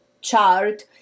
chart